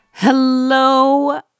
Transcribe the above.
Hello